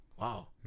Wow